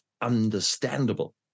understandable